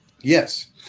Yes